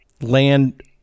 land